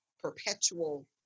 perpetual